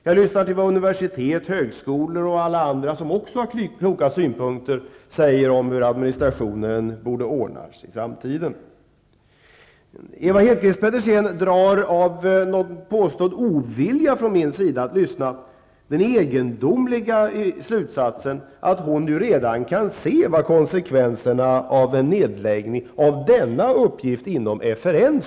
Jag lyssnar till vad universitet, högskolor och alla andra som också har kloka synpunkter säger om hur administrationen borde ordnas i framtiden. Ewa Hedqvist Petersen drar av min påstådda ovilja att lyssna den egendomliga slutsatsen att hon redan nu kan se vad konsekvenserna skulle bli av en nedläggning av denna uppgift inom FRN.